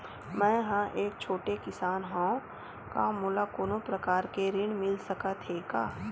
मै ह एक छोटे किसान हंव का मोला कोनो प्रकार के ऋण मिल सकत हे का?